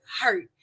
hurt